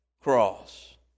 cross